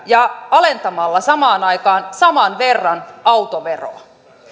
ja alentamalla samaan aikaan saman verran autoveroa